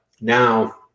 now